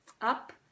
up